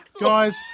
Guys